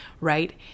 right